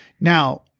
Now-